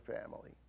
family